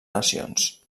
nacions